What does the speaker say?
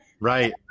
right